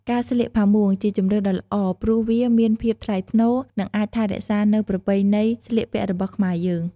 ការស្លៀកផាមួង ជាជម្រើសដ៏ល្អព្រោះវាមានភាពថ្លៃថ្នូរ និងអាចថែរក្សានៅប្រពៃណីស្លៀកពាក់របស់ខ្មែរយើង។